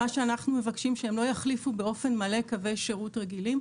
אנחנו מבקשים שהם לא יחליפו באופן מלא קווי שירות רגילים.